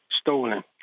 stolen